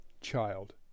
child